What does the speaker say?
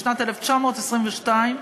בשנת 1922,